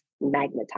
magnetized